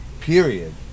period